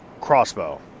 crossbow